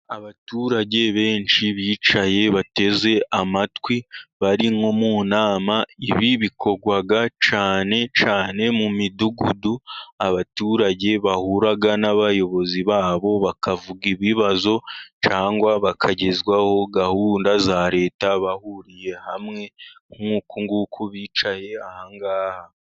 Abaturage benshi bicaye bateze amatwi bari nko mu nama ibi bikorwa cyane cyane mu midugudu. Abaturage bahura n'abayobozi babo bakavuga ibibazo cyangwa bakagezwaho gahunda za Leta bahuriye hamwe nk'uku nguku bicaye ahangaha.